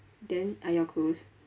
then are you all close